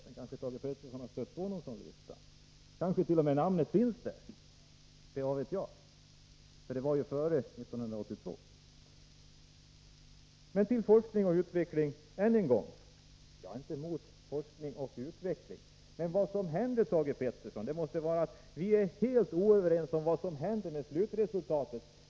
Thage Peterson har måhända stött på någon sådan lista. Kanske hans namn t.o.m. finns på en lista — vad vet jag. Det var ju före 1982 som namninsamlingen skedde. Jag återvänder än en gång till frågan om forskning och utveckling. Jag är inte emot forskning och utveckling, men vi är, Thage Peterson, helt oense om vad som händer med slutresultatet.